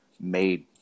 made